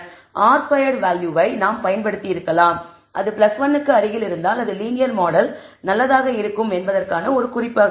R squared வேல்யூவை நாம் பயன்படுத்தியிருக்கலாம் அது 1 க்கு அருகில் இருந்தால் அது லீனியர் மாடல் நல்லதாக இருக்கும் என்பதற்கான ஒரு குறிப்பாக இருக்கும்